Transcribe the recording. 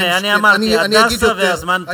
הנה, אני אמרתי: "הדסה", והזמן תם.